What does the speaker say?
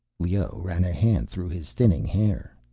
leah ran a hand through his thinning hair.